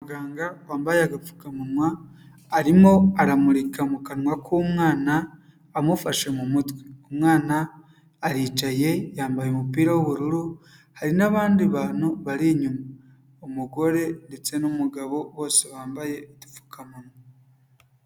Umuganga wambaye agapfukamunwa arimo aramurika mu kanwa k'umwana amufashe mu mutwe, umwana aricaye yambaye umupira w'ubururu, hari n'abandi bantu bari inyuma, umugore ndetse n'umugabo bose bambaye udupfukamunwa.